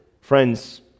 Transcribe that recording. Friends